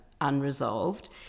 unresolved